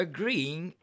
Agreeing